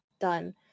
done